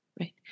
right